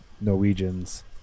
Norwegians